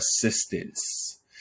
assistance